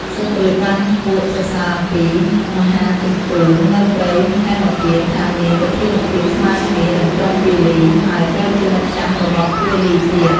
សុគ្រីពបានអួតសរសើរអំពី មហាជម្ពូ នៅព្រៃហេមពាន្តថាមានឫទ្ធានុភាពស្មើគ្នា នឹងក្រុងពាលី ហើយត្រូវជាមិត្តចាស់របស់ពាលីទៀត។